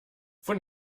von